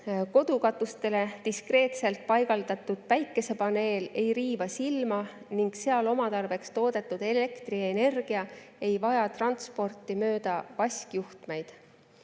Kodukatustele diskreetselt paigaldatud päikesepaneel ei riiva silma ning seal oma tarbeks toodetud elektrienergia ei vaja transporti mööda vaskjuhtmeid.